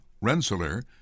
Rensselaer